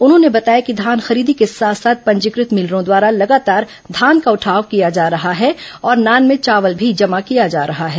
उन्होंने बताया कि धान खरीदी के साथ साथ पंजीकृत मिलरों द्वारा लगातार धान का उठाव किया जा रहा है और नान में चावल भी जमा किया जा रहा है